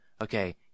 Okay